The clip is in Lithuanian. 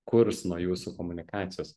kurs nuo jūsų komunikacijos